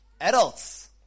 Adults